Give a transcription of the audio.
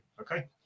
Okay